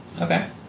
Okay